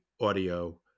audio